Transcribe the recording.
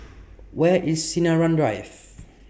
Where IS Sinaran Drive